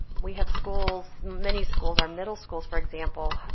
we have schools, many schools, our middle schools for example,